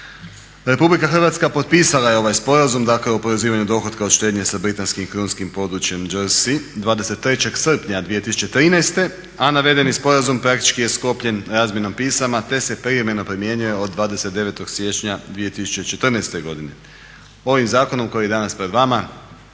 RH potpisala je ovaj sporazum dakle o oporezivanju dohotka od štednje sa britanskim krunskim područjem Jersey 23.srpnja 2013.,a navedeni sporazum praktički je sklopljen razmjenom pisama te se privremeno primjenjuje od 29.siječnja 2014.godine. Ovim zakonom koji je danas pred vama